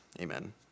Amen